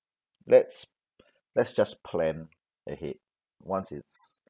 let's let's just plan ahead once it's